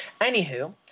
Anywho